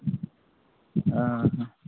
ଆଁ ହଁ